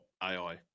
AI